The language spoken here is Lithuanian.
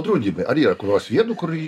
draudimai ar yra kur nors vietų kur